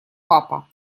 папа